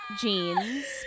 jeans